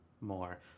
more